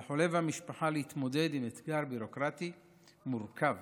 על החולה והמשפחה להתמודד עם אתגר ביורוקרטי מורכב,